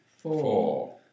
Four